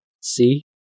see